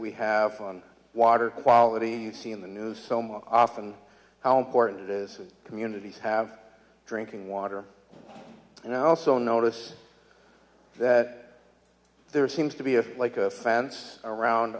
we have on water quality you see in the news so more often how important it is communities have drinking water and i also notice that there seems to be a like a fans around